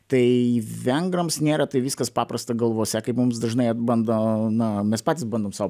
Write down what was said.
tai vengrams nėra taip viskas paprasta galvose kaip mums dažnai bando na mes patys bandom sau